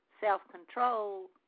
self-control